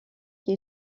qui